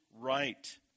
right